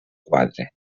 quatre